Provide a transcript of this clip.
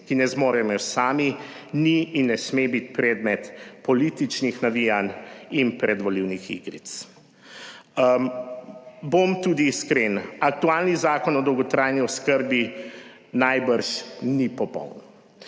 ki ne zmorejo sami, ni in ne sme biti predmet političnih navijanj in predvolilnih igric. Bom tudi iskren, aktualni Zakon o dolgotrajni oskrbi najbrž ni popoln.